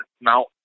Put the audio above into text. mount